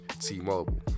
T-Mobile